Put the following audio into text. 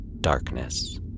darkness